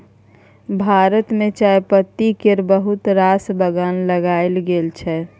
भारत मे चायपत्ती केर बहुत रास बगान लगाएल गेल छै